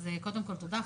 אז קודם כול תודה.